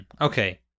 Okay